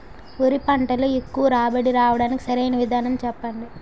వరి పంటలో ఎక్కువ రాబడి రావటానికి సరైన విధానం చెప్పండి?